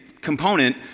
component